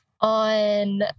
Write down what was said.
on